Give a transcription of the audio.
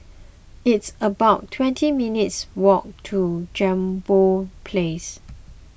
it's about twenty minutes' walk to Jambol Place